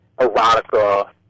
erotica